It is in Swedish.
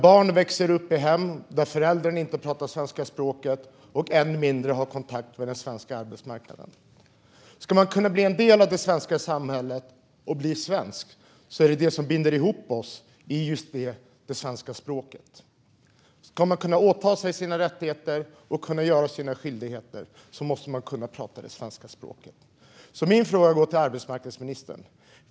Barn växer upp i hem där föräldrarna inte pratar svenska och inte har kontakt med den svenska arbetsmarknaden. Genom svenska språket binds vi samman, blir en del av det svenska samhället och blir svenskar. För att kunna utkräva sina rättigheter och fullgöra sina skyldigheter måste man kunna prata svenska.